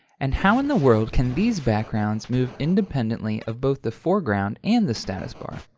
and how in the world can these backgrounds move independently of both the foreground and the status bar?